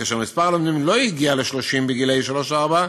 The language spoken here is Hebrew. כאשר מספר הלומדים לא הגיע ל-30 גילאי שלוש-ארבע,